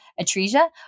atresia